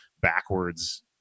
backwards